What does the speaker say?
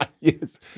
Yes